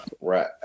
Right